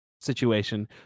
situation